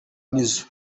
nizzo